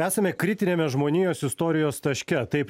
esame kritiniame žmonijos istorijos taške taip